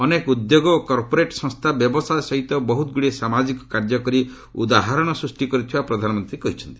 ଅନେକ ଉଦ୍ୟୋଗ୍ ଓ କର୍ପୋରେଟ୍ ସଂସ୍ଥା ବ୍ୟବସାୟ ସହିତ ବହୁତଗୁଡ଼ିଏ ସାମାଜିକ କାର୍ଯ୍ୟ କରି ଉଦାହରଣ ସୃଷ୍ଟି କରିଥିବା ପ୍ରଧାନମନ୍ତ୍ରୀ କହିଛନ୍ତି